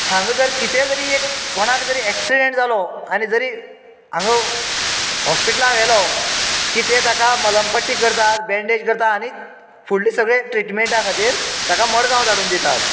हांगा जर कितेंय तरी एक कोणाक तरी एक्सीडेन्ट जालो आनी जरी हांगा हाॅस्पिटलांत व्हेलो की ते ताका मलम पट्टी करतात बेन्डेज करतात आनी फुडलें सगले ट्रिटमेन्टा खातीर ताका मडगांव धाडून दितात